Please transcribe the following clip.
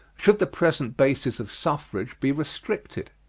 should the present basis of suffrage be restricted?